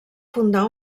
fundar